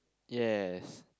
yes